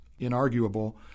Inarguable